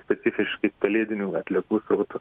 specifiškai kalėdinių atliekų srautu